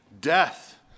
death